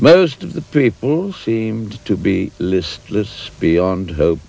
most of the people seemed to be listless beyond hope